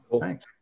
Thanks